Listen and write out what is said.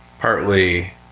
Partly